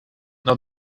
now